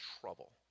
trouble